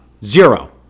Zero